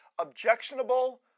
objectionable